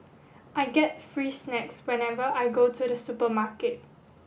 I get free snacks whenever I go to the supermarket